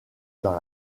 dans